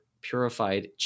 Purified